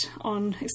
on